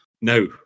No